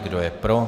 Kdo je pro?